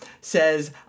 says